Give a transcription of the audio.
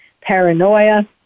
paranoia